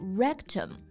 rectum 。